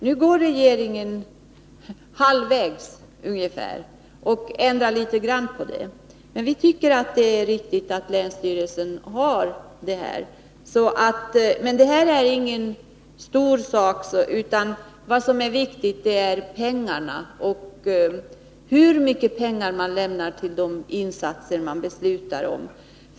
Nu går regeringen ungefär halvvägs och ändrar litet grand. Vi tycker att det är riktigt att länsstyrelserna har hand om glesbygdsstödet, men detta är inte någon stor sak. Vad som är viktigt är pengarna och hur mycket pengar man lämnar till de insatser man beslutar om.